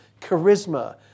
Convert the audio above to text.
charisma